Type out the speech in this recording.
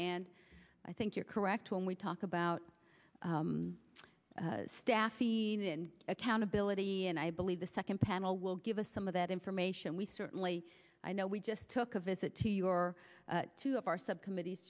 and i think you're correct when we talk about staffing and accountability and i believe the second panel will give us some of that information we certainly i know we just took a visit to your two of our subcommittees